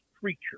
preacher